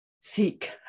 seek